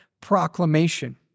proclamation